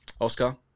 Oscar